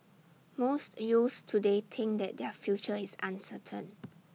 most youths today think that their future is uncertain